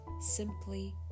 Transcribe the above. simply